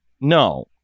no